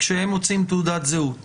כשהם מוציאים תעודת זהות.